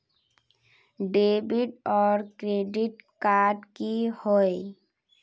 Debit आर credit card की होय?